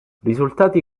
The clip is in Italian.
risultati